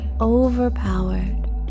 overpowered